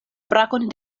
brakon